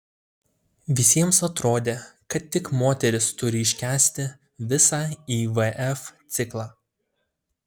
visiems atrodė kad tik moteris turi iškęsti visą ivf ciklą